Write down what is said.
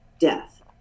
death